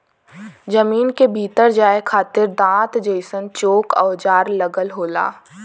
जमीन के भीतर जाये खातिर दांत जइसन चोक औजार लगल होला